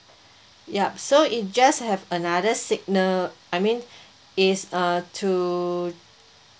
yup so it just have another signal I mean it's uh to